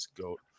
goat